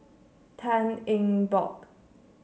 Tan Eng Bock